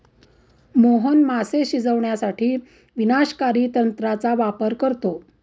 मोहन मासे शिजवण्यासाठी विनाशकारी तंत्राचा वापर करतो